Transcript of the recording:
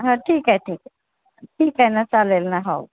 हं ठीक आहे ठीक आहे ठीक आहे ना चालेल ना हो